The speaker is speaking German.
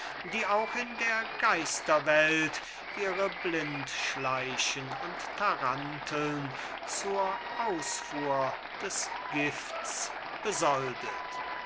die auch in der geisterwelt ihre blindschleichen und taranteln zur ausfuhr des gifts